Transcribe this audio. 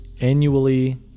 annually